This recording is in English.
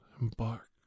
embark